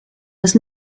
was